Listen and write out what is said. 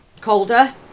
colder